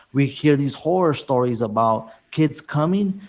we hear these horror stories about kids coming,